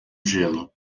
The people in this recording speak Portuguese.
gelo